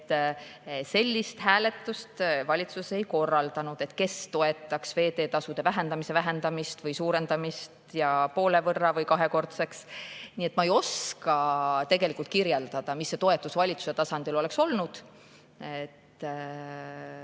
Sellist hääletust valitsus ei korraldanud, et kes toetaks veeteetasude vähendamise vähendamist või suurendamist ja [kas seda teha] poole võrra või kahekordselt. Nii et ma ei oska tegelikult kirjeldada, milline toetus valitsuse tasandil oleks olnud.